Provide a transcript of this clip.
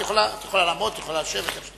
את יכולה לעמוד, את יכולה לשבת, איך שאת רוצה.